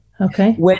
Okay